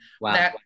Wow